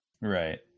Right